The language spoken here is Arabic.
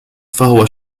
فهو